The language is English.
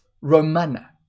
Romana